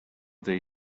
they